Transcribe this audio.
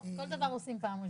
גבירתי.